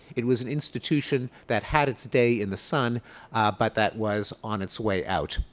it was an institution that had its day in the sun but that was on its way out.